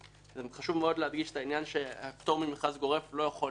יש להדגיש שהפטור ממכרז גורף לא יכול להתקיים